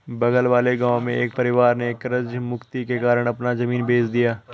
बगल वाले गांव में एक परिवार ने कर्ज मुक्ति के कारण अपना जमीन बेंच दिया